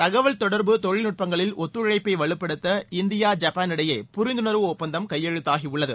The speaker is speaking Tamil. தகவல் தொடர்பு தொழில்நுட்பங்களில் ஒத்துழைப்பை வலுப்படுத்த இந்தியா ஜப்பான் இடையே புரிந்துணர்வு ஒப்பந்தம் கையெழுத்தாகியுள்ளது